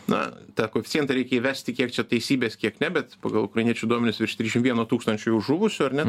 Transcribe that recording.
na tą koeficientą reikia įvesti kiek čia teisybės kiek ne bet pagal ukrainiečių duomenis virš trisdešimt vieno tūkstančio jau žuvusių ar ne